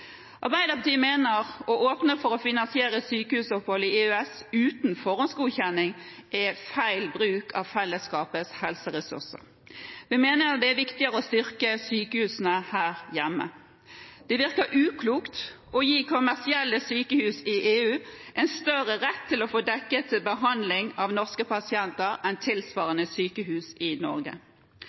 Arbeiderpartiet mener at å åpne for å finansiere sykehusopphold i EØS uten forhåndsgodkjenning er feil bruk av fellesskapets helseressurser. Vi mener det er viktigere å styrke sykehusene her hjemme. Det virker uklokt å gi kommersielle sykehus i EU en større rett til å få dekket behandling av norske pasienter enn tilsvarende sykehus i Norge.